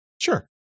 Sure